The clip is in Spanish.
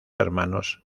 hermanos